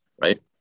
Right